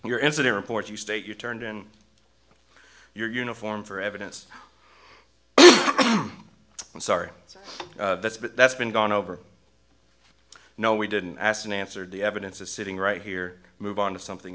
your answer to reports you state you turned in your uniform for evidence i'm sorry sir that's but that's been gone over no we didn't asked and answered the evidence is sitting right here move on to something